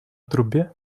трубе